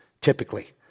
typically